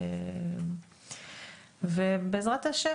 ובעזרת ה',